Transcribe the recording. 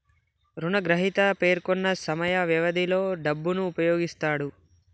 రుణగ్రహీత పేర్కొన్న సమయ వ్యవధిలో డబ్బును ఉపయోగిస్తాడు